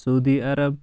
Saudi Arab